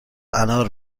انار